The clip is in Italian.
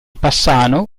passano